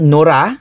Nora